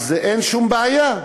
אז אין שום בעיה.